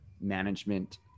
management